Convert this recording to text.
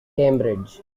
cambridge